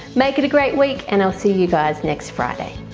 make it a great week and i'll see you guys next friday